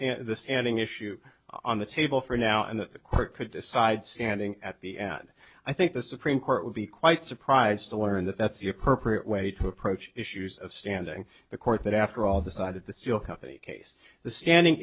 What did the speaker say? standing issue on the table for now and that the court could decide standing at the end i think the supreme court would be quite surprised to learn that that's the appropriate way to approach issues of standing the court that after all decided the steel company case the standing